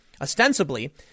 Ostensibly